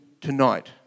tonight